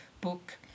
book